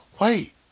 wait